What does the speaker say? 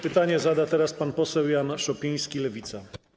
Pytanie zada pan poseł Jan Szopiński, Lewica.